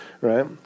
right